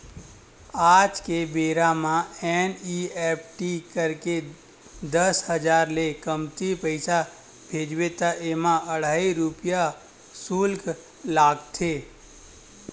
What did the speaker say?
अभी के बेरा म एन.इ.एफ.टी करके दस हजार ले कमती पइसा भेजबे त एमा अढ़हइ रूपिया सुल्क लागथे